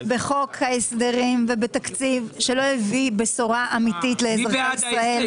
בחוק ההסדרים ובתקציב שלא הביא בשורה אמיתית לאזרחי המדינה.